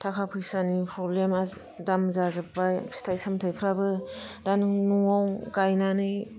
थाखा फैसानि प्रब्लेम दाम जाजोब्बाय फिथाइ सामथाइफ्राबो दा नों न'आव गाइनानै